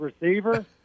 receiver